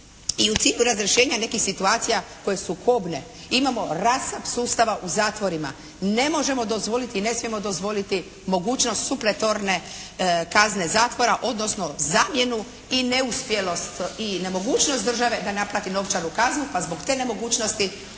i u cilju razrješenja nekih situacija koje su kobne imamo rasap sustava u zatvorima. Ne možemo dozvoliti i ne smijemo dozvoliti mogućnost supletorne kazne zatvora odnosno zamjenu i neuspjelost i nemogućnost države da naplati novčanu kaznu, pa zbog te nemogućnosti